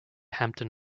hampton